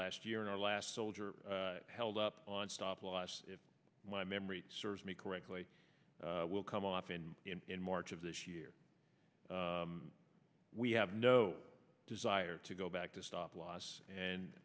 last year and our last soldier held up on stop loss if my memory serves me correctly will come off and in march of this year we have no desire to go back to stop loss and